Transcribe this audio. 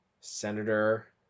Senator